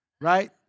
right